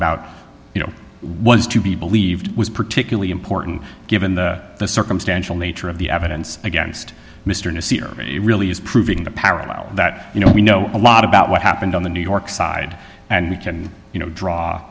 about you know was to be believed was particularly important given the circumstantial nature of the evidence against mr really is proving the parallel that you know we know a lot about what happened on the new york side and we can you know draw